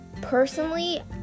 personally